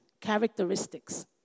characteristics